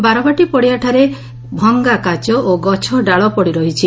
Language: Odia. ବାରବାଟୀ ପଡ଼ିଆରେ ଭଙ୍ଗାକାଚ ଓ ଗଛ ଡାଳ ପଡ଼ିରହିଛି